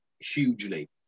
Hugely